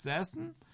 Essen